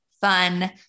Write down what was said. fun